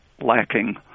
lacking